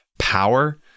power